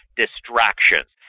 distractions